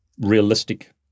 realistic